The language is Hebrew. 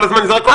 כל הזמן יזרקו,